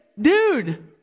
dude